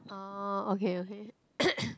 orh okay okay